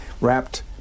wrapped